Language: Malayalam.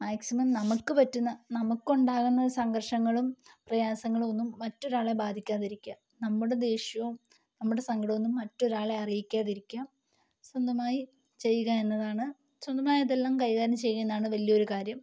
മാക്സിമം നമുക്ക് പറ്റുന്ന നമുക്ക് ഉണ്ടാകുന്ന സങ്കർഷങ്ങളും പ്രയാസങ്ങളും ഒന്നും മറ്റൊരാളെ ബാധിക്കാതിരിക്കുക നമ്മുടെ ദേഷ്യവും നമ്മുടെ സങ്കടമൊന്നും മറ്റൊരാളെ അറിയിക്കാതിരിക്കുക സ്വന്തമായി ചെയ്യുക എന്നതാണ് സ്വന്തമായി അതെല്ലാം കൈകാര്യം ചെയ്യുന്നതാണ് വലിയൊരു കാര്യം